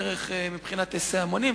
ערך מבחינת היסעי המונים,